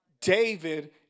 David